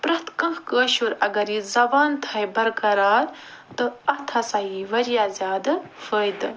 پرٛیٚتھ کانٛہہ کٲشُر اگر یہِ زبان تھایہِ برقرار تہٕ اَتھ ہسا یی واریاہ زیادٕ فٲیِدٕ